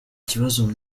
kibazo